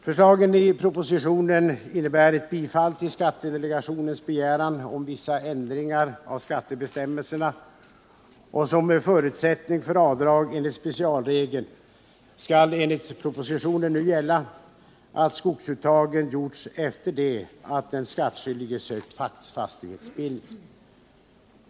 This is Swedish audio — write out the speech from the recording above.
Förslagen i propositionen innebär ett bifall till skattedelegationens begäran om vissa ändringar av skattebestämmelserna, och som förutsättning för avdrag enligt specialregeln skall enligt propositionen nu gälla att skogsuttagen gjorts efter det att den skattskyldige sökt fastighetsbildning.